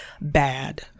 Bad